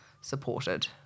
supported